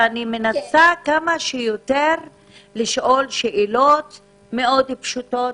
ואני מנסה כמה שיותר לשאול שאלות פשוטות מאוד,